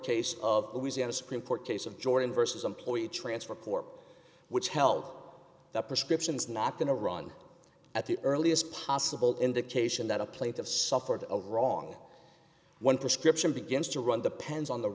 case of louisiana supreme court case of jordan vs employee transfer corp which held that prescriptions not going to run at the earliest possible indication that a plaintiff suffered a wrong one prescription begins to run depends on the